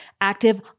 active